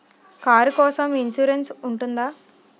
Car కోసం insurance ఉంటుందా?